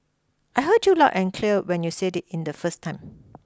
I heard you loud and clear when you said it in the first time